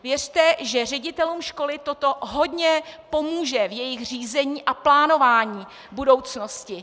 Věřte, že ředitelům škol toto hodně pomůže v jejich řízení a plánování budoucnosti.